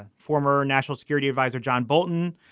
ah former national security adviser john bolton,